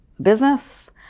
business